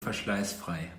verschleißfrei